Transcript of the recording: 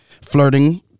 flirting